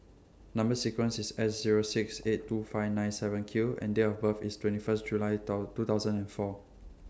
Number sequence IS S Zero six eight two five nine seven Q and Date of birth IS twenty First July two thousand and four